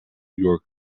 york